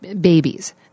babies